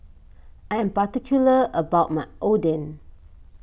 I am particular about my Oden